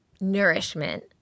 nourishment